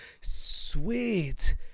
Sweet